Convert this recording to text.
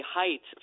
height